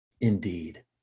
indeed